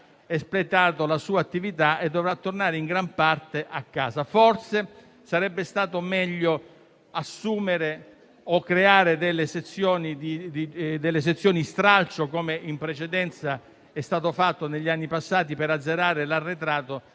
espletato la sua attività e dovrà tornare in gran parte a casa. Forse sarebbe stato meglio assumere o creare delle sezioni stralcio, come è stato fatto negli anni passati, per azzerare l'arretrato,